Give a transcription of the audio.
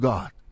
God